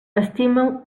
estima